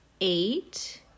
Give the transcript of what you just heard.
eight